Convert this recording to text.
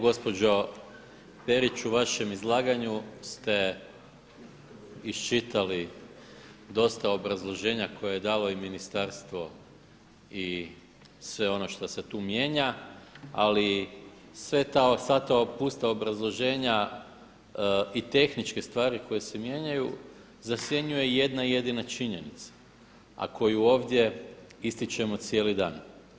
Gospođo Perić, u vašem izlaganju ste iščitali dosta obrazloženja koja je dalo i ministarstvo i sve ono šta se tu mijenja ali sva ta pusta obrazloženja i tehničke stvari koje se mijenjaju zasjenjuje jedna jedina činjenica a koju ovdje ističemo cijeli dan.